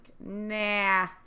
nah